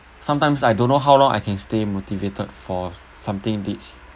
sometimes I don't know how long I can stay motivated for something which